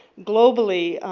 globally,